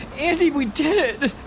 andi, we did it!